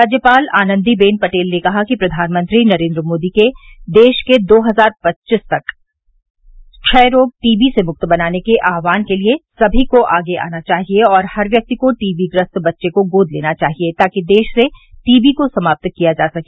राज्यपाल आनन्दी बेन पटेल ने कहा कि प्रधानमंत्री नरेन्द्र मोदी के देश के दो हजार पच्चीस तक क्षय रोग टीबी से मुक्त बनाने के आहवान के लिये समी को आगे आना चाहिये और हर व्यक्ति को टीबी ग्रस्त बच्चे को गोद लेना चाहिए ताकि देश से टीबी को समाप्त किया जा सके